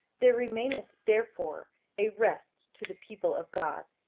there remaineth therefore a rest to the people of god.